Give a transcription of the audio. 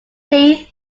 teeth